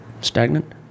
Stagnant